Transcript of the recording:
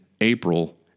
April